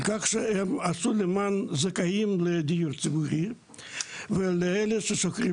על כך שעשו למען זכאים לדיור ציבורי ולאלה ששוכרים